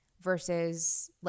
versus